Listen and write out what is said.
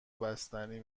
بستنی